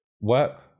Work